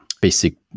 basic